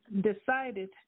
decided